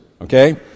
Okay